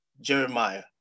Jeremiah